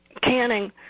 canning